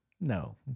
No